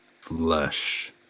Flesh